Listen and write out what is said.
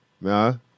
No